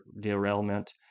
derailment